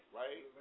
right